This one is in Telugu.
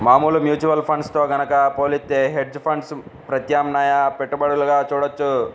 మామూలు మ్యూచువల్ ఫండ్స్ తో గనక పోలిత్తే హెడ్జ్ ఫండ్స్ ప్రత్యామ్నాయ పెట్టుబడులుగా చూడొచ్చు